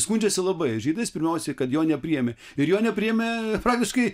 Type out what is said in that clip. skundžiasi labai žydais pirmiausia kad jo nepriėmė ir jo nepriėmė praktiškai